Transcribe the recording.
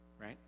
right